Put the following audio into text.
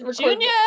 Junior